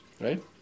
right